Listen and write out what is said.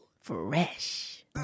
Fresh